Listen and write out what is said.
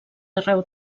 arreu